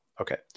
Okay